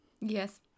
yes